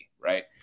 right